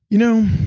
you know,